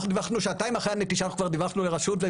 אנחנו שעתיים אחרי הנטישה דיווחנו לרשות,